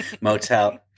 motel